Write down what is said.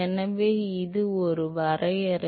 எனவே இது ஒரு வரையறை